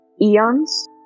Eons